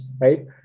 right